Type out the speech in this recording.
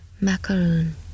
Macaroon